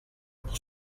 pour